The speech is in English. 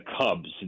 Cubs